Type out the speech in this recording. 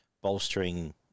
bolstering